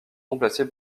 remplacée